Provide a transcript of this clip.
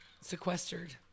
sequestered